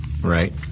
Right